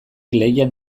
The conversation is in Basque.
lehian